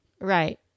Right